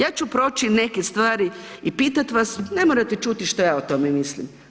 Ja ću proći neke stvari i pitati vas, ne morate čuti šta ja o tome mislim.